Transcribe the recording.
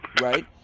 right